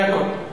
זה הכול.